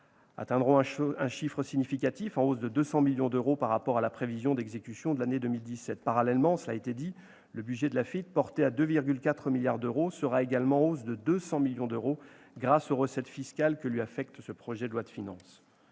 atteindront un montant significatif, en hausse de 200 millions d'euros par rapport à la prévision d'exécution de l'année 2017. Parallèlement, cela a été indiqué, le budget de l'AFITF, porté à 2,4 milliards d'euros, sera également en hausse de 200 millions d'euros, grâce aux recettes fiscales que lui affecte ce projet de loi de finances.